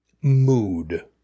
mood